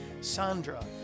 Sandra